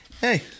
Hey